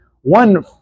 one